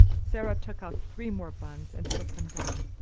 sara took out three more buns and put them down.